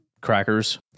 crackers